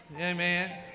amen